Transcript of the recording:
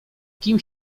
kim